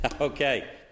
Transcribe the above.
Okay